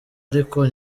ariko